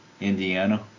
Indiana